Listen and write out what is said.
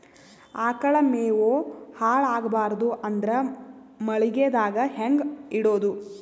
ಆಕಳ ಮೆವೊ ಹಾಳ ಆಗಬಾರದು ಅಂದ್ರ ಮಳಿಗೆದಾಗ ಹೆಂಗ ಇಡೊದೊ?